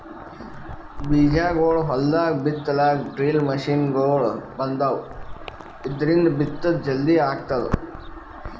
ಬೀಜಾಗೋಳ್ ಹೊಲ್ದಾಗ್ ಬಿತ್ತಲಾಕ್ ಡ್ರಿಲ್ ಮಷಿನ್ಗೊಳ್ ಬಂದಾವ್, ಇದ್ರಿಂದ್ ಬಿತ್ತದ್ ಜಲ್ದಿ ಆಗ್ತದ